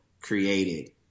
created